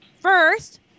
first